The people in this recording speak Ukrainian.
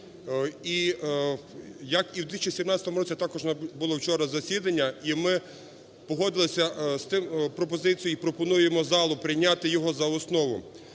і, як в 2017 році, також було вчора засідання. І ми погодились з тією пропозицією, і пропонуємо залу прийняти його за основу.